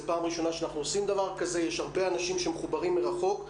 יש הרבה אנשים שמחוברים מרחוק,